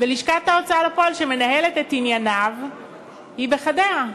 ולשכת ההוצאה לפועל שמנהלת את ענייניו היא בחדרה.